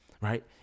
right